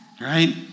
right